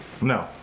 No